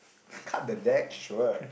cut the deck sure